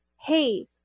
hey